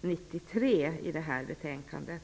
1993 i detta betänkande.